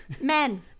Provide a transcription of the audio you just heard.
men